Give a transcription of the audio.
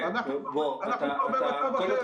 אנחנו כבר במצב אחר.